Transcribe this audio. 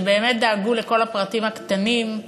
שבאמת דאגו לכל הפרטים הקטנים: